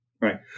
Right